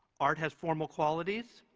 art has formal qualities.